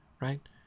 Right